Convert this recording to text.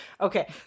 okay